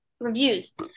reviews